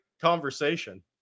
conversation